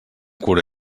cura